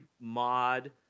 mod